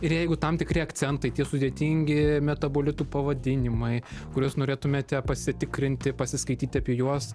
ir jeigu tam tikri akcentai tie sudėtingi metabolitų pavadinimai kuriuos norėtumėte pasitikrinti pasiskaityti apie juos